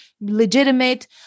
legitimate